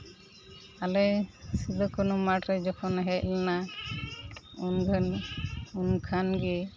ᱟᱞᱮ ᱥᱤᱫᱩ ᱠᱟᱹᱱᱦᱩ ᱢᱟᱴᱷᱨᱮ ᱡᱚᱠᱷᱚᱱᱮ ᱦᱮᱡ ᱞᱮᱱᱟ ᱩᱱᱨᱮ ᱩᱱᱠᱷᱟᱱᱜᱮ